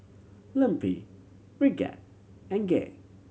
Lempi Bridgett and Gay